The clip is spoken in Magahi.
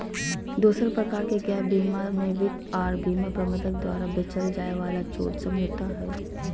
दोसर प्रकार के गैप बीमा मे वित्त आर बीमा प्रबंधक द्वारा बेचल जाय वाला छूट समझौता हय